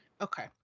Okay